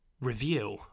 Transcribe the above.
review